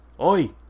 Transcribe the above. Oi